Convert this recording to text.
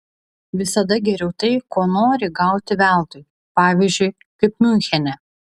visada geriau tai ko nori gauti veltui pavyzdžiui kaip miunchene